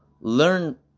learn